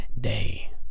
day